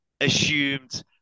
assumed